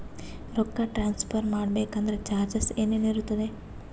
ರೊಕ್ಕ ಟ್ರಾನ್ಸ್ಫರ್ ಮಾಡಬೇಕೆಂದರೆ ಚಾರ್ಜಸ್ ಏನೇನಿರುತ್ತದೆ?